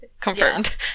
confirmed